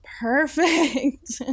perfect